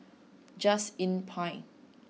Just Inn Pine